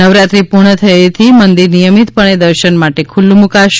નવરાત્રી પૂર્ણ થયેથી મંદિર નિયમિતપણે દર્શન માટે ખુલ્લું મૂકાશે